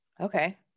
Okay